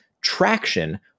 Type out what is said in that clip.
traction